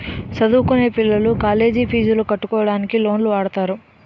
చదువుకొనే పిల్లలు కాలేజ్ పీజులు కట్టుకోవడానికి లోన్లు వాడుతారు